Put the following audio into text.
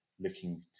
looking